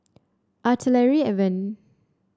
Artillery Avenue